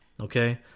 okay